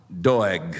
Doeg